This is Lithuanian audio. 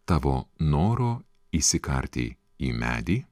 tavo noro įsikarti į medį